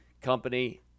company